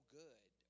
good